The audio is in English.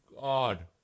God